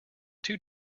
two